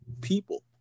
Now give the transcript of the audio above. people